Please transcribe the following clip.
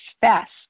fast